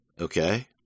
okay